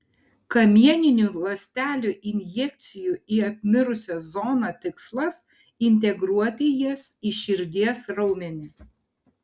kamieninių ląstelių injekcijų į apmirusią zoną tikslas integruoti jas į širdies raumenį